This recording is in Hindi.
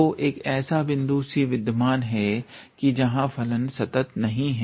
तो एक ऐसा बिंदु c विद्यमान है कि जहां फलन संतत नहीं है